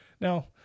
Now